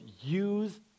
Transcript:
Use